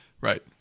Right